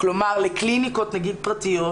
כלומר לקליניקות פרטיות,